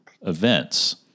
events